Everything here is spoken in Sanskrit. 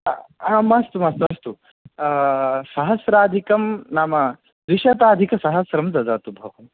आ मास्तु मास्तु अस्तु सहस्राधिकं नाम द्विशताधिकसहस्रं ददातु भोः